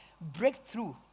breakthrough